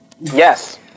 Yes